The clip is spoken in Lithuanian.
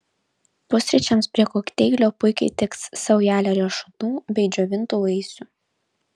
pusryčiams prie kokteilio puikiai tiks saujelė riešutų bei džiovintų vaisių